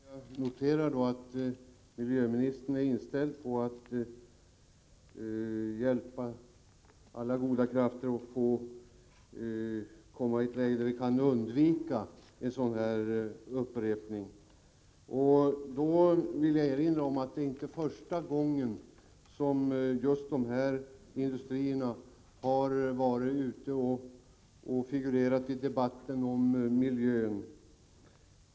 Herr talman! Jag noterar att miljöministern är inställd på att med hjälp av alla goda krafter komma i ett läge där vi kan undvika en upprepning av det inträffade. Jag vill erinra om att det inte är första gången som just dessa industrier figurerat i debatten om miljön.